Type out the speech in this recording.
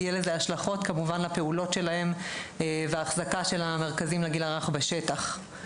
יהיו לזה השלכות על הפעולות שלהם ועל ההחזקה של מרכזי הגיל הרך בשטח.